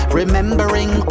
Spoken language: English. remembering